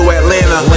Atlanta